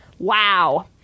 Wow